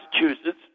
Massachusetts